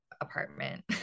apartment